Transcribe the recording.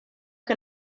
que